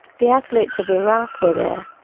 the athletes of iraq were there,